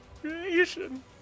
creation